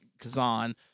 Kazan